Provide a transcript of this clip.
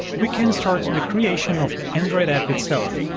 we can start the creation of the android app itself.